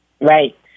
Right